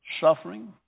suffering